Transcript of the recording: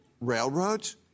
Railroads